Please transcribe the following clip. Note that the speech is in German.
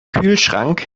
kühlschrank